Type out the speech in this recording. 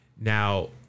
Now